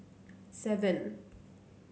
seven